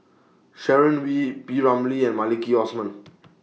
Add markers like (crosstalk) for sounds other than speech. Sharon Wee P Ramlee and Maliki Osman (noise)